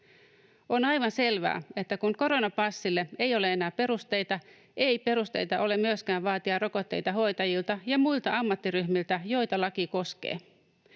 On aivan selvää, että kun koronapassille ei ole enää perusteita, ei ole myöskään perusteita vaatia rokotteita hoitajilta ja muilta ammattiryhmiltä, joita laki koskee.